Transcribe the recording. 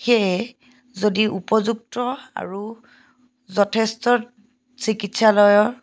সেয়ে যদি উপযুক্ত আৰু যথেষ্ট চিকিৎসালয়ৰ